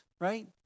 right